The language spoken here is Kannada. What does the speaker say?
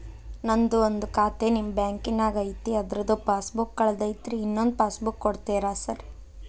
ನಂದು ಒಂದು ಖಾತೆ ನಿಮ್ಮ ಬ್ಯಾಂಕಿನಾಗ್ ಐತಿ ಅದ್ರದು ಪಾಸ್ ಬುಕ್ ಕಳೆದೈತ್ರಿ ಇನ್ನೊಂದ್ ಪಾಸ್ ಬುಕ್ ಕೂಡ್ತೇರಾ ಸರ್?